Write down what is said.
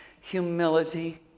Humility